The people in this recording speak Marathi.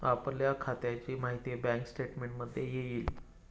आपल्या खात्याची माहिती बँक स्टेटमेंटमध्ये येईल